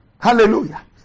Hallelujah